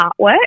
artwork